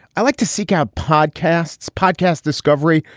i like to seek out podcasts, podcasts, discovery.